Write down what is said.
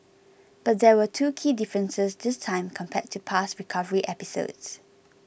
but there were two key differences this time compared to past recovery episodes